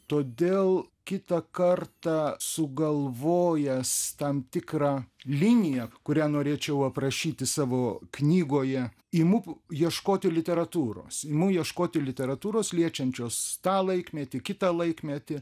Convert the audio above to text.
todėl kitą kartą sugalvojęs tam tikrą liniją kurią norėčiau aprašyti savo knygoje imu ieškoti literatūros imu ieškoti literatūros liečiančios tą laikmetį kitą laikmetį